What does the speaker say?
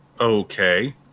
Okay